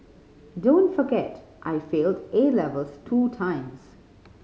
don't forget I failed A levels two times